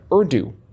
Urdu